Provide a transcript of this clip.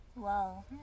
Wow